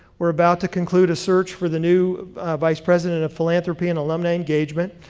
we're about to conclude a search for the new vice president of philanthropy and alumni engagement,